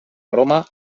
roma